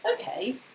okay